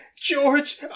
George